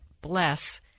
bless